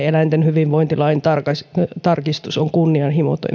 eläinten hyvinvointilain tarkistus on kunnianhimoton